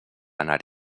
anar